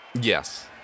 Yes